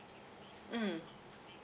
mm